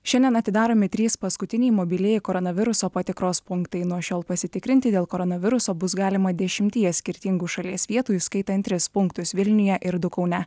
šiandien atidaromi trys paskutiniai mobilieji koronaviruso patikros punktai nuo šiol pasitikrinti dėl koronaviruso bus galima dešimtyje skirtingų šalies vietų įskaitant tris punktus vilniuje ir du kaune